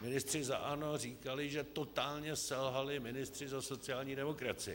Ministři za ANO říkali, že totálně selhali ministři za sociální demokracii.